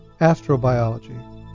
astrobiology